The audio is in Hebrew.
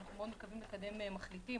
אנחנו מתכוונים לקדם להצעת מחליטים,